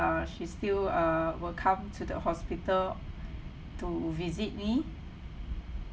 uh she still err will come to the hospital to visit me